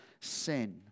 sin